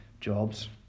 jobs